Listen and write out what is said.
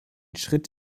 schritt